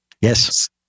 Yes